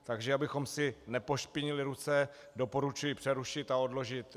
Takže abychom si nepošpinili ruce, doporučuji přerušit a odložit.